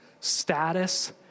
status